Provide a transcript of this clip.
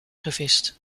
gevist